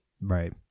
Right